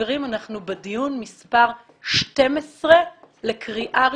בדיון מספר 12 לקריאה ראשונה.